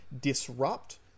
disrupt